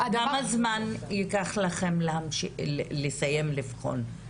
כמה זמן ייקח לכם לסיים לבחון ולקבל החלטה?